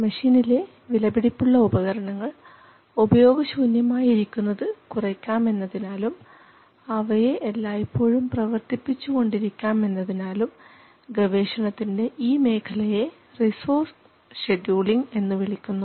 മെഷീനിലെ വിലപിടിപ്പുള്ള ഉപകരണങ്ങൾ ഉപയോഗശൂന്യമായി ഇരിക്കുന്നത് കുറയ്ക്കാം എന്നതിനാലും അവയെ എല്ലായിപ്പോഴും പ്രവർത്തിപ്പിച്ചു കൊണ്ടിരിക്കാം എന്നതിനാലും ഗവേഷണത്തിൻറെ ഈ മേഖലയെ റിസോഴ്സ് ഷെഡ്യൂളിഇംഗ് എന്ന് വിളിക്കുന്നു